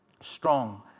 Strong